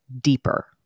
deeper